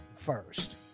First